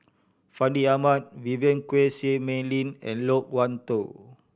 Fandi Ahmad Vivien Quahe Seah Mei Lin and Loke Wan Tho